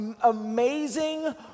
amazing